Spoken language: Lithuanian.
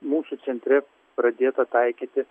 mūsų centre pradėta taikyti